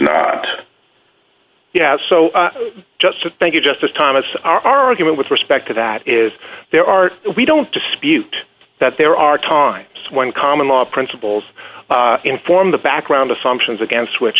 not yeah so just to thank you justice thomas our argument with respect to that is there are we don't dispute that there are times when common law principles inform the background assumptions against which